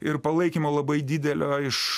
ir palaikymo labai didelio iš